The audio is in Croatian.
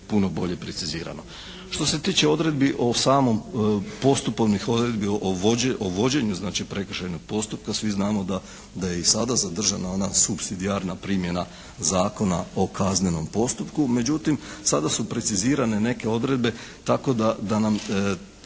puno bolje precizirano. Što se tiče odredbi o samom, postupovnih odredbi o vođenju znači prekršajnog postupka. Svi znamo da je i sada zadržana ona supsidijarna primjena Zakona o kaznenom postupku. Međutim sada su precizirane neke odredbe tako da nam